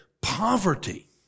poverty